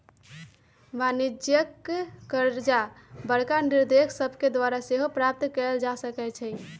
वाणिज्यिक करजा बड़का निवेशक सभके द्वारा सेहो प्राप्त कयल जा सकै छइ